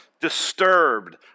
disturbed